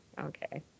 okay